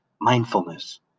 mindfulness